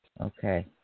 Okay